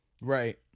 right